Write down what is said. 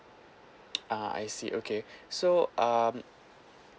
uh I see okay so um